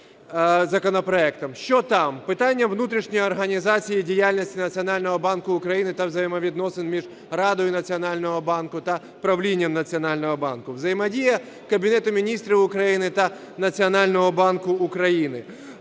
Що там? Питання внутрішньої організації діяльності Національного банку України та взаємовідносин між Радою Національного банку та правлінням Національного банку, взаємодія Кабінету Міністрів України та Національного банку України,